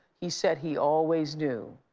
he said he always knew.